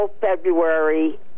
February